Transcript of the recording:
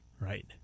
Right